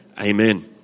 amen